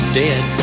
dead